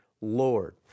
Lord